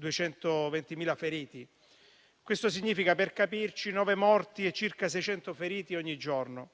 220.000 feriti. Questo significa, per capirci, 9 morti e circa 600 feriti ogni giorno.